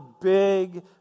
big